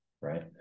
right